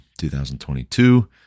2022